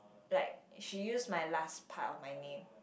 like she used my last part of my name